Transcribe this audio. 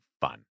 fun